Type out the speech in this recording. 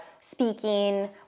speaking